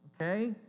okay